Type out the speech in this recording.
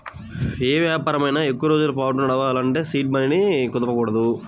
యే వ్యాపారమైనా ఎక్కువరోజుల పాటు నడపాలంటే సీడ్ మనీని కదపకూడదు